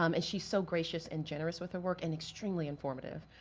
um and she's so gracious and generous with the work and extremely informative.